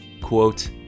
Quote